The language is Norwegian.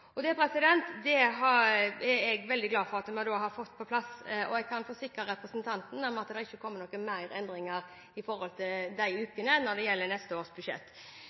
glad for at vi har fått på plass. Jeg kan forsikre representanten om at det ikke vil komme noen flere endringer når det gjelder de ukene i neste års budsjett.